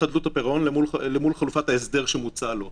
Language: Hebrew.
חדלות הפירעון מול חלופת ההסדר המוצעת לו.